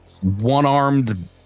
one-armed